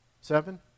Seven